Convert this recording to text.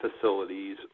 facilities